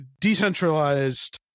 Decentralized